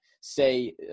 say